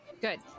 Good